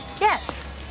Yes